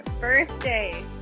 birthday